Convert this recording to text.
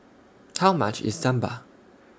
How much IS Sambar